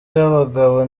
y’abagabo